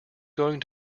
going